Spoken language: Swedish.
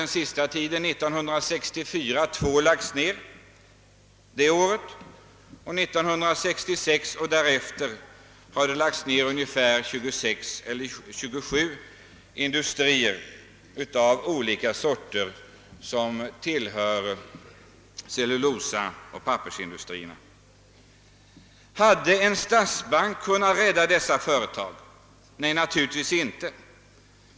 År 1964 nedlades två enheter, och år 1966 och därefter har det lagts ner 26 eller 27 enheter inom cellulosaeller pappersindustrin. Hade en statsbank kunnat rädda dessa företag? Nej, naturligtvis inte.